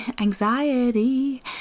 anxiety